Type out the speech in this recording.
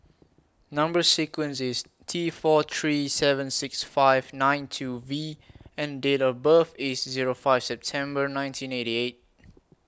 Number sequence IS T four three seven six five nine two V and Date of birth IS Zero five September nineteen eighty eight